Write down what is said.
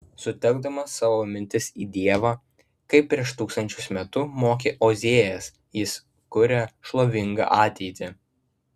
sutelkdamas savo mintis į dievą kaip prieš tūkstančius metų mokė ozėjas jis kuria šlovingą ateitį